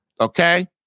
Okay